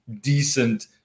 decent